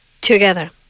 together